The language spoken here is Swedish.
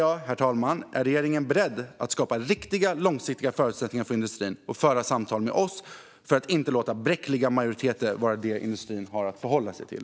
Därför undrar jag om regeringen är beredd att skapa riktiga och långsiktiga förutsättningar för industrin och föra samtal med oss för att inte låta bräckliga majoriteter vara det som industrin har att förhålla sig till.